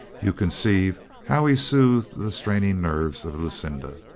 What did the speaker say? you conceive how he soothed the straining nerves of lucinda.